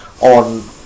on